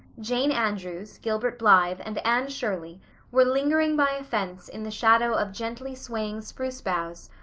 jane andrews, gilbert blythe, and anne shirley were lingering by a fence in the shadow of gently swaying spruce boughs,